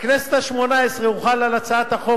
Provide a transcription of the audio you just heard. בכנסת השמונה-עשרה הוחל על הצעת החוק